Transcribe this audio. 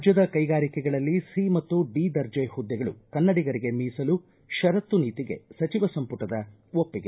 ರಾಜ್ದದ ಕೈಗಾರಿಕೆಗಳಲ್ಲಿ ಸ ಮತ್ತು ಡಿ ದರ್ಜೆ ಹುದ್ದೆಗಳು ಕನ್ನಡಿಗರಿಗೆ ಮೀಸಲು ಪರತ್ತು ನೀತಿಗೆ ಸಚಿವ ಸಂಪುಟದ ಒಪ್ಪಿಗೆ